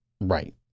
Right